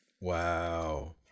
Wow